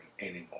anymore